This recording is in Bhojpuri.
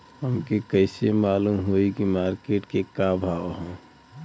हमके कइसे मालूम होई की मार्केट के का भाव ह?